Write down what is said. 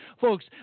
folks